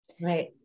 Right